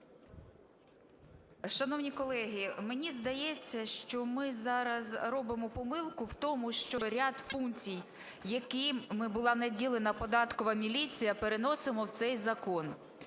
Шановні колеги, мені здається, що ми зараз робимо помилку в тому, що ряд функцій, якими була наділена податкова міліція, переносимо в цей закон.